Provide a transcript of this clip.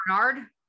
Bernard